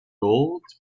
rolled